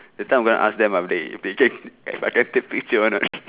that time I go and ask them uh they they can I go and take picture want or not